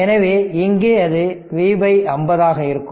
எனவே இங்கே அது V 50 இருக்கும்